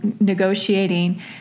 negotiating